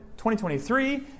2023